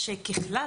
ככלל,